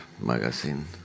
magazine